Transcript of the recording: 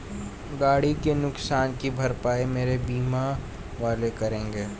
गाड़ी के नुकसान की भरपाई मेरे बीमा वाले करेंगे